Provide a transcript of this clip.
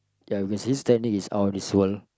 ya you can see his technique is out of this world